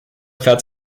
fährt